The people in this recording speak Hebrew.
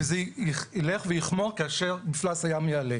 וזה יילך ויחמיר כאשר מפלס הים יעלה.